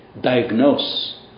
diagnose